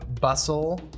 bustle